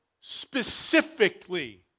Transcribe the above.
specifically